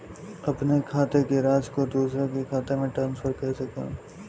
अपने खाते की राशि को दूसरे के खाते में ट्रांसफर कैसे करूँ?